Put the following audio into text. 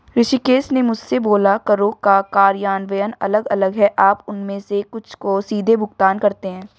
ऋषिकेश ने मुझसे बोला करों का कार्यान्वयन अलग अलग है आप उनमें से कुछ को सीधे भुगतान करते हैं